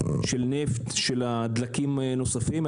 של נפט ושל דלקים נוספים,